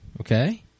Okay